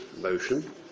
motion